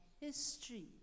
history